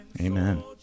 Amen